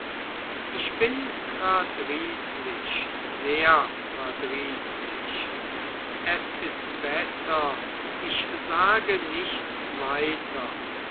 ich bin verdrießlich sehr verdrießlich es ist besser ich sage nichts weiter